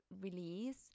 release